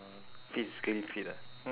physically fit ah